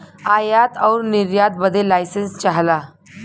आयात आउर निर्यात बदे लाइसेंस चाहला